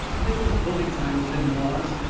they was bully times, them was.